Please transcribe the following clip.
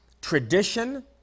tradition